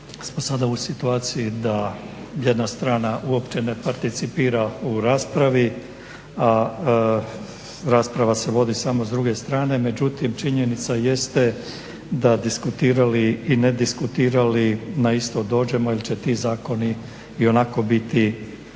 smo sada u situaciji da jedna strana uopće ne participira u raspravi, a rasprava se vodi samo s druge strane, međutim činjenica jeste da diskutirali i ne diskutirali na isto dođemo jer će ti zakoni ionako biti